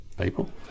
people